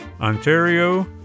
Ontario